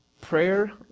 Prayer